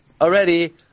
already